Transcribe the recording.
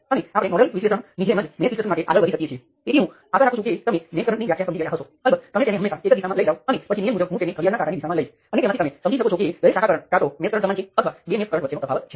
અને તમે પૂરતી પ્રેક્ટિસ કર્યા પછી તમે ફક્ત એકને પસંદ કરી શકો અને આગળ વધી શકો છો કોઈપણ રીતે જાત વિશ્લેષણ નાની સર્કિટ માટે કરવામાં આવે છે